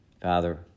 Father